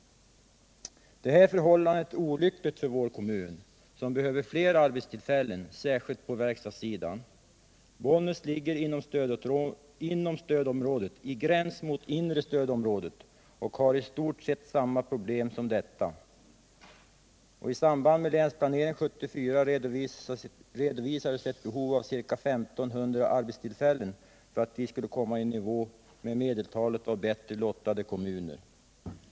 Det här förhållandet är olyckligt för vår kommun, som behöver fler arbetstillfällen, särskilt på verkstadssidan. Bollnäs ligger inom stödområdet på gränsen mot inre stödområdet och har i stort sett samma problem som detta. I samband med Länsplanering 74 redovisades att vi behövde ca 1 500 arbetstillfällen för att komma i nivå med medeltalet och bättre lottade kommuner.